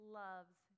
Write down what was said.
loves